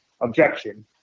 objection